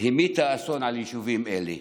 המיטה אסון על יישובים אלה.